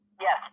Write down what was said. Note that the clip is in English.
Yes